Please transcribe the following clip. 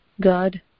God